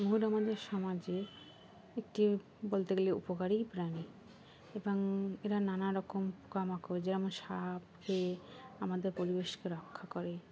ময়ূর আমাদের সমাজে একটি বলতে গেলে উপকারী প্রাণী এবং এরা নানাারকম পোকামাকড় যেমন সাপ খেয়ে আমাদের পরিবেশকে রক্ষা করে